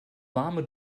warme